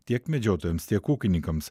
tiek medžiotojams tiek ūkininkams